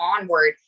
onward